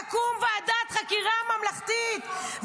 תקום ועדת חקירה ממלכתית.